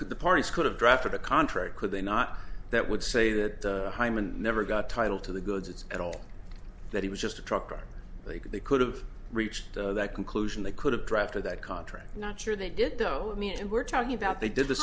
could the parties could have drafted a contrary could they not that would say that hyman never got title to the goods at all that he was just a trucker they could they could have reached that conclusion they could have drafted that contract not sure they did though and we're talking about they did th